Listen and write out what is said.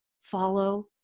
follow